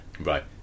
Right